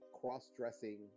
cross-dressing